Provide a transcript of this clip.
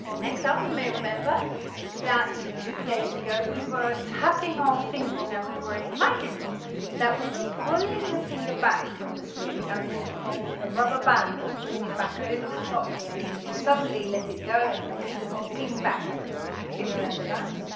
next up you may remember that two days ago we were tapping our fingers and we we were imagining that we were pulling the finger back from the string, as a sort of of rubber band was pulling it back over the top here, and then and you suddenly let it go and your finger would ping back can you remember that,